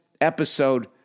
episode